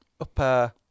upper